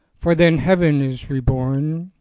for then heaven is reborn,